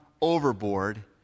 overboard